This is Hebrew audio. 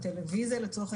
אנחנו עדיין